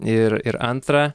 ir ir antrą